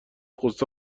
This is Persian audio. غصه